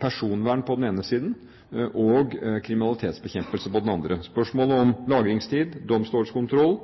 personvern på den ene siden og kriminalitetsbekjempelse på den andre, spørsmålet om lagringstid, domstolskontroll,